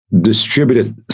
distributed